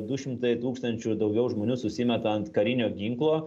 du šimtai tūkstančių daugiau žmonių susimeta ant karinio ginklo